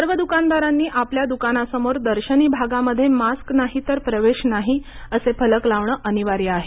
सर्व दकानदारांनी आपल्या दकानासमोर दर्शनी आगामध्ये मास्क नाही तर प्रवेश नाही असे फलक लावणं अनिवार्य आहे